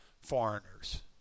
foreigners